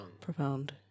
Profound